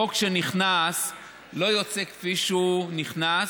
חוק שנכנס לא יוצא כפי שהוא נכנס,